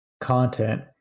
content